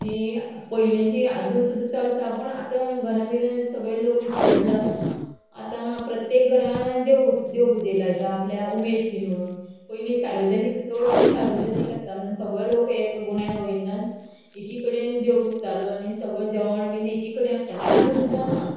ती पयलींची आजून सुद्दां चलता पूण आतां घरां बिरान सगळे लोक विस्कटला आतां प्रत्येक घरान देव पुज देव पुजे लायता आपल्या उमेद शी म्हणून पयली सार्वजनीक चडशे सार्वजनीक आसतालो आनी सगळे लोक एक गुण्या गोविंदान एकी कडेन देव पुजतालो आनी सगळें जेवण बीन एकी कडेन आसतालें आजून सुद्दां हा